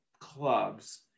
clubs